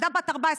ילדה בת 14,